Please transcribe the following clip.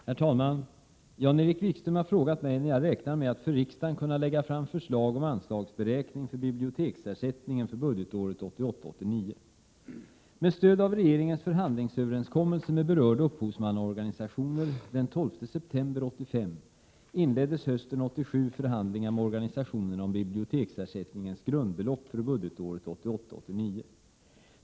Herr talman! Jan-Erik Wikström har frågat mig när jag räknar med att för riksdagen kunna lägga fram förslag om anslagsberäkning för biblioteksersättningen för budgetåret 1988 89.